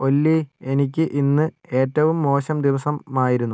ഒല്ലി എനിക്ക് ഇന്ന് ഏറ്റവും മോശം ദിവസമായിരുന്നു